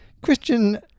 Christian